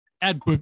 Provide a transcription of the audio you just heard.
add